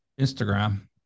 Instagram